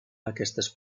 aquestes